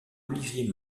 olivier